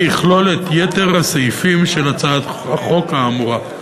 יכלול את יתר הסעיפים של הצעת החוק האמורה.